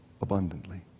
abundantly